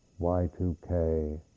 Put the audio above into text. Y2K